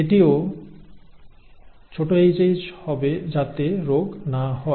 এটিও hh হবে যাতে রোগ না হয়